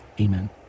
Amen